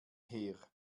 her